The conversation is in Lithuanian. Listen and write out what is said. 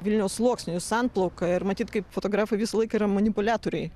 vilniaus sluoksnių sanplauką ir matyt kaip fotografai visą laiką yra manipuliatoriai